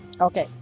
Okay